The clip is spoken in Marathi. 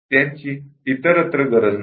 त्यांची इतरत्र गरज नाही